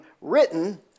written